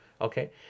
Okay